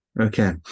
Okay